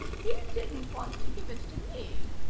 he didn't want to give it to me,